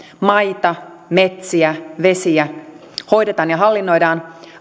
maita metsiä vesiä hoidetaan ja hallinnoidaan